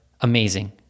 amazing